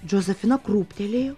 džozefina krūptelėjo